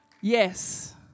Yes